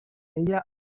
ella